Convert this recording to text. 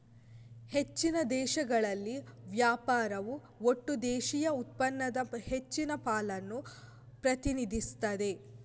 ಹೆಚ್ಚಿನ ದೇಶಗಳಲ್ಲಿ ವ್ಯಾಪಾರವು ಒಟ್ಟು ದೇಶೀಯ ಉತ್ಪನ್ನದ ಹೆಚ್ಚಿನ ಪಾಲನ್ನ ಪ್ರತಿನಿಧಿಸ್ತದೆ